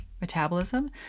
metabolism